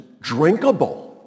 drinkable